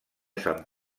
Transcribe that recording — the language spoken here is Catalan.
sant